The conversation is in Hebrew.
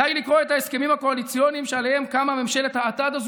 די לקרוא את ההסכמים הקואליציוניים שעליהם קמה ממשלת האטד הזאת